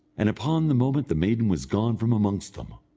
and upon the moment the maiden was gone from amongst them.